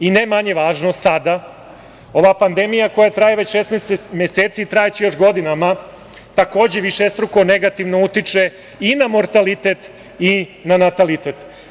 I ne manje važno sada, ova pandemija koja traje već 16 meseci i trajaće još godinama, takođe višestruko negativno utiče i na mortalitet i na natalitet.